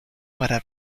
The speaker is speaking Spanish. para